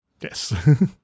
yes